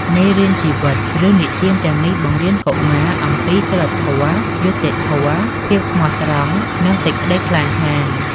មេរៀនជីវិត រឿងនិទានទាំងនេះបង្រៀនកុមារអំពី សីលធម៌ យុត្តិធម៌ ភាពស្មោះត្រង់ និង សេចក្ដីក្លាហាន។